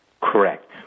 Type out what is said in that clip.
Correct